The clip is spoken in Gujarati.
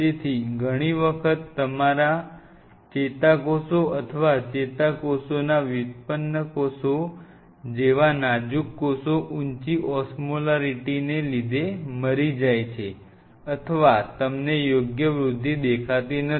તેથી ઘણી વખત તમારા ચેતાકોષો અથવા ચેતાકોષોના વ્યુત્પન્ન કોષો જેવા નાજુક કોષો ઊંચી ઓસ્મોલેરિટીને લીધે મરી જાય છે અથવા તમને યોગ્ય વૃદ્ધિ દેખાતી નથી